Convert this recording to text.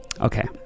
Okay